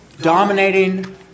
dominating